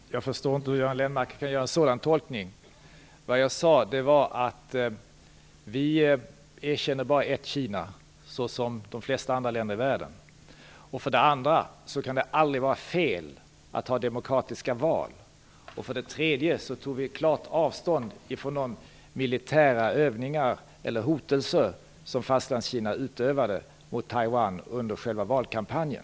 Fru talman! Jag förstår inte hur Göran Lennmarker kan göra en sådan tolkning. Vad jag sade var för det första att vi, såsom de flesta andra länder i världen, erkänner bara ett Kina. För det andra kan det aldrig vara fel att hålla demokratiska val. För det tredje tog vi klart avstånd från de militära hotelser som Fastlands-Kina utövade mot Taiwan under själva valkampanjen.